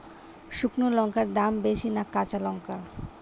শুক্নো লঙ্কার দাম বেশি না কাঁচা লঙ্কার?